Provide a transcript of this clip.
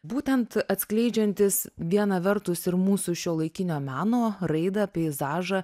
būtent atskleidžiantis viena vertus ir mūsų šiuolaikinio meno raidą peizažą